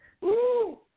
Woo